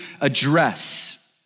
address